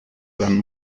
gran